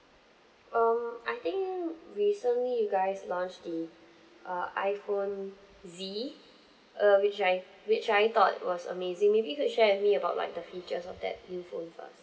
um I think recently you guys launched the uh iphone Z uh which I which I thought it was amazing maybe you could share with me about like the features of that new phone first